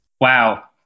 wow